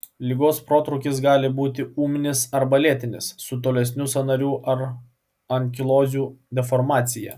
ligos protrūkis gali būti ūminis arba lėtinis su tolesniu sąnarių ar ankilozių deformacija